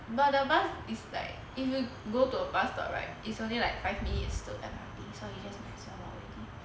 but the bus is like if you go to a bus stop right is only like five minutes to M_R_T so you just might as well walk already